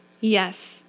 Yes